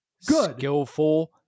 skillful